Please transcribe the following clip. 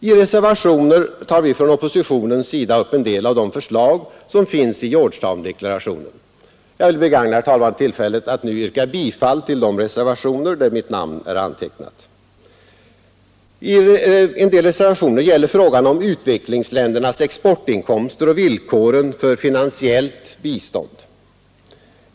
I reservationer tar vi från oppositionens sida upp en del av de förslag som finns i Georgetowndeklarationen. Jag vill begagna tillfället, herr talman, att nu yrka bifall till de reservationer där mitt namn är antecknat, således reservationerna 1, 4, 5, 6, 7, 8, 9, 10, 11, 12, 14, 15, 17, 18, 19, 20 och 22. Reservationerna 9 och 10 gäller frågan om utvecklingsländernas exportinkomster och villkoren för finansiellt bistånd.